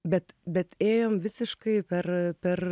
bet bet ėjom visiškai per per